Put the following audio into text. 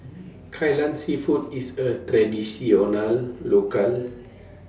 Kai Lan Seafood IS A Traditional Local